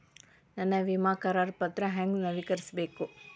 ನನ್ನ ವಿಮಾ ಕರಾರ ಪತ್ರಾ ಹೆಂಗ್ ನವೇಕರಿಸಬೇಕು?